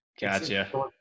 gotcha